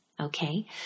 okay